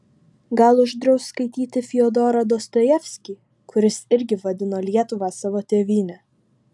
gal uždraus skaityti fiodorą dostojevskį kuris irgi vadino lietuvą savo tėvyne